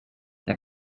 der